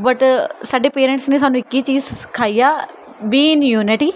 but ਸਾਡੇ parents ਨੇ ਸਾਨੂੰ ਇੱਕ ਹੀ ਚੀਜ਼ ਸਿਖਾਈ ਆ ਬੀਨ ਯੂਨਿਟੀ